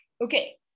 okay